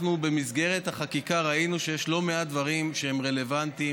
במסגרת החקיקה ראינו שיש לא מעט דברים שהם רלוונטיים,